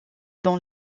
dans